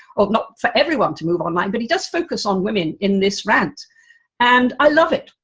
or for everyone to move online, but he does focus on women, in this rant and i love it.